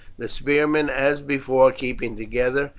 the spearmen as before keeping together,